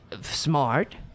smart